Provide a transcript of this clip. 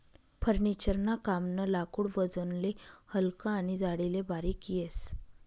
furniture ना कामनं लाकूड वजनले हलकं आनी जाडीले बारीक येस